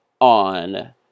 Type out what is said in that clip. on